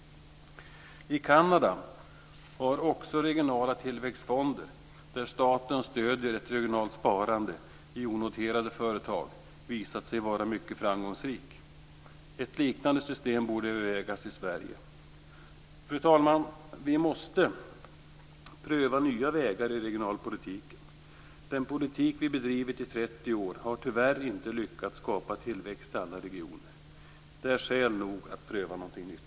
I Kanada har också regionala tillväxtfonder där staten stöder ett regionalt sparande i onoterade företag visat sig vara mycket framgångsrikt. Ett liknande system borde övervägas i Sverige. Fru talman! Vi måste pröva nya vägar i regionalpolitiken. Den politik som vi bedrivit i 30 år har tyvärr inte lyckats skapa tillväxt i alla regioner. Det är skäl nog att pröva någonting nytt.